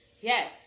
Yes